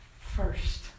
first